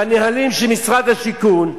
בנהלים של משרד השיכון,